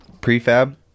prefab